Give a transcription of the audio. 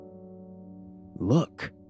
Look